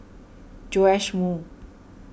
Joash Moo